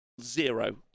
zero